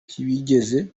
ntibigeze